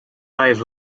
eyes